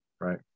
Right